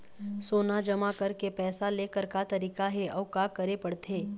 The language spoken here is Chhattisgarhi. सोना जमा करके पैसा लेकर का तरीका हे अउ का करे पड़थे?